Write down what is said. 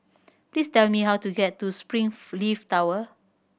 please tell me how to get to Springleaf Tower